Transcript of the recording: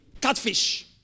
catfish